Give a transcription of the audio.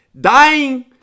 dying